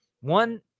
One